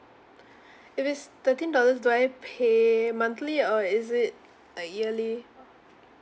if it's thirteen dollars do I pay monthly or is it like yearly